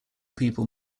people